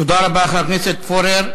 תודה רבה, חבר הכנסת פורר.